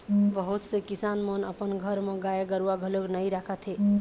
बहुत से किसान मन अपन घर म गाय गरूवा घलोक नइ राखत हे